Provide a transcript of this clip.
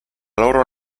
loro